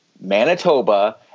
Manitoba